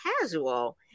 casual